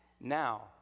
Now